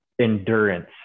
endurance